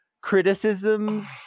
Criticisms